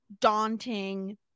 daunting